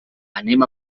anem